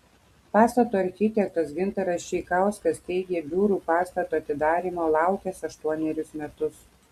pastato architektas gintaras čeikauskas teigė biurų pastato atidarymo laukęs aštuonerius metus